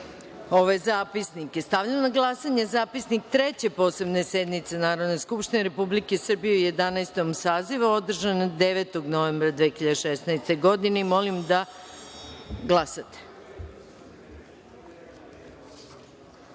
ove zapisnike. Stavljam na glasanje Zapisnik Treće posebne sednice Narodne skupštine Republike Srbije u 11. sazivu, održane 9. novembra 2016. godine. Molim da